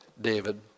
David